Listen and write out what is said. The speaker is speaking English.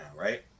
right